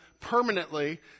permanently